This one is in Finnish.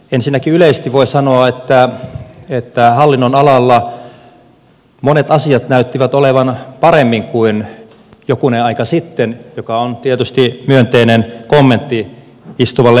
ensinnäkin yleisesti voi sanoa että hallinnonalalla monet asiat näyttivät olevan paremmin kuin jokunen aika sitten mikä on tietysti myönteinen kommentti istuvalle ministerille